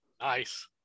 Nice